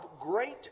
great